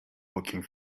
working